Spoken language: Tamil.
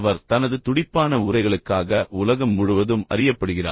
அவர் தனது துடிப்பான உரைகளுக்காக உலகம் முழுவதும் அறியப்படுகிறார்